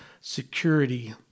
security